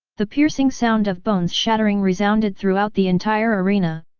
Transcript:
the piercing sound of bones shattering resounded throughout the entire arena,